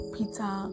Peter